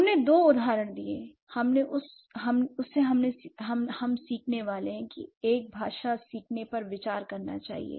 हमने जो उदाहरण दिया है उससे हम सीखने वाले हैं की एक भाषा सीखने पर विचार करना चाहिए